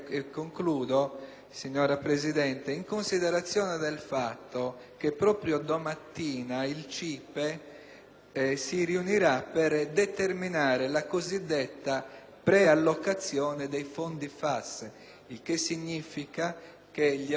si riunirà per determinare la cosiddetta preallocazione dei fondi FAS, il che significa che gli auspici espressi dal relatore verrebbero fortemente resi più consistenti se già